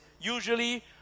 usually